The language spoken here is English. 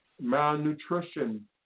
malnutrition